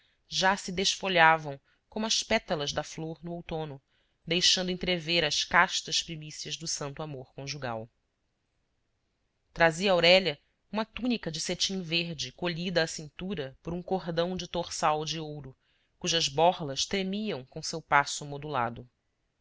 já se desfolhavam como as pétalas da flor no outono deixando entrever as castas primícias do santo amor conjugal trazia aurélia uma túnica de cetim verde colhida à cintura por um cordão de torçal de ouro cujas borlas tremiam com seu passo modulado